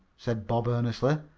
said bob earnestly,